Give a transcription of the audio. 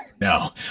no